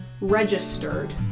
registered